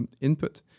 input